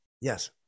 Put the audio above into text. Yes